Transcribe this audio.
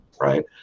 right